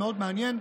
מאוד מעניין.